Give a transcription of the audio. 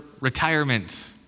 Retirement